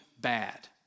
bad